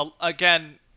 Again